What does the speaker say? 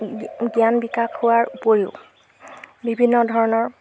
জ্ঞান বিকাশ হোৱাৰ উপৰিও বিভিন্ন ধৰণৰ